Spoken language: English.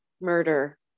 murder